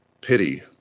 pity